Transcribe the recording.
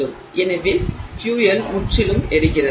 எனவே ஃபியூயல் முற்றிலும் எரிகிறது